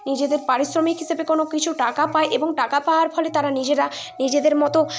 নিজেদের পারিশ্রমিক হিসেবে কোনো কিছু টাকা পায় এবং টাকা পাওয়ার ফলে তারা নিজেরা নিজেদের মতো